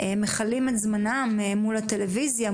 מכלים את זמנם מול הטלוויזיה,